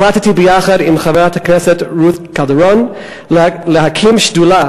החלטתי ביחד עם חברת הכנסת רות קלדרון להקים שדולה